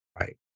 Right